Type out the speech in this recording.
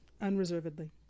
Unreservedly